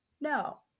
No